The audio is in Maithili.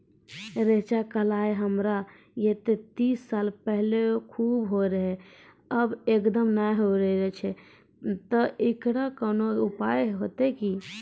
रेचा, कलाय हमरा येते तीस साल पहले खूब होय रहें, अब एकदम नैय होय छैय तऽ एकरऽ कोनो उपाय हेते कि?